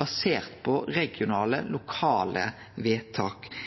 basert på regionale, lokale vedtak.